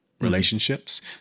relationships